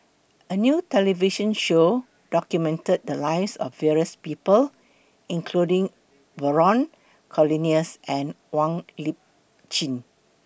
A New television Show documented The Lives of various People including Vernon Cornelius and Wong Lip Chin